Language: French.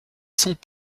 sont